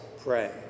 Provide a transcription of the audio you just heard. pray